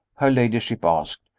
her ladyship asked.